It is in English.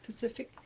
Pacific